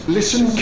Listen